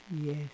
yes